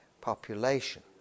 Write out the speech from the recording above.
population